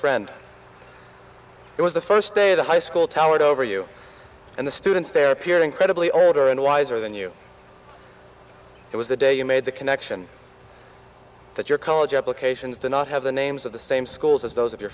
friend it was the first day the high school towered over you and the students there appear incredibly older and wiser than you it was the day you made the connection that your college applications do not have the names of the same schools as those of your